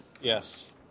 Yes